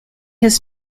his